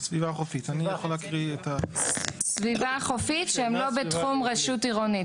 סביבה חופית, שהם לא בתחום רשות עירונית.